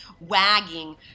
wagging